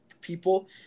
people